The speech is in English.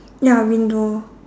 ya window